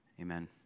Amen